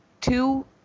two